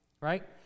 right